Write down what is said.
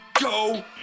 go